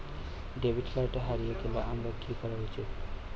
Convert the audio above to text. Debit card হারিয়ে গেলে আমার কি করা উচিৎ?